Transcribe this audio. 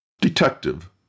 Detective